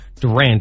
Durant